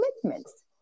commitments